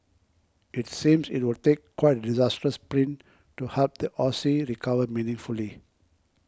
it seems it would take quite disastrous print to help the Aussie recovered meaningfully